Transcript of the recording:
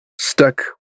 stuck